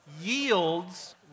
yields